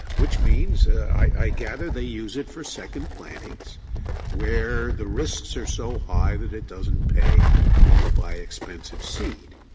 which means i gather they use it for second plantings where the risks are so high that it doesn't pay to buy expensive seed.